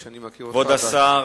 אדוני היושב-ראש, תודה רבה, כבוד השר,